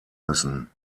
müssen